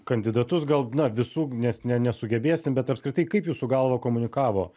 kandidatus gal na visų nes ne nesugebėsim bet apskritai kaip jūsų galva komunikavo